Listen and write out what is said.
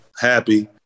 happy